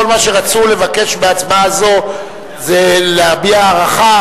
כל מה שרצו לבקש בהצבעה זו זה להביע הערכה